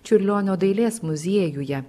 čiurlionio dailės muziejuje